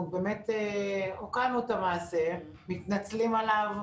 אנחנו באמת הוקענו את המעשה, מתנצלים עליו.